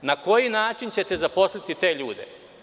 Na koji način ćete zaposliti te ljude?